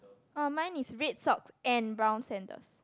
orh mine is red socks and brown sandals